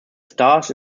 stars